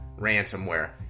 ransomware